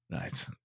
Right